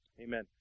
Amen